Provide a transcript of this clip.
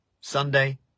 Sunday